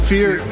Fear